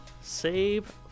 save